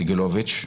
סגלוביץ'.